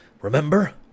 Remember